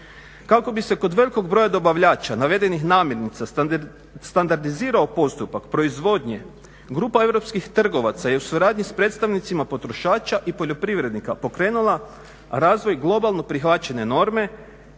Kako bi se kod velikog broja dobavljača navedenih namirnica standardizirao postupak proizvodnje, grupa europskih trgovaca je u suradnji sa predstavnicima potrošača i poljoprivrednika pokrenula razvoj globalno prihvaćene norme,